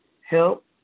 Help